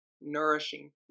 nourishing